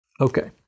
Okay